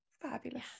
fabulous